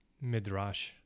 midrash